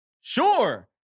Sure